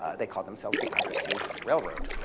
they called themselves the undersea railroad.